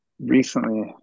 recently